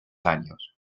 años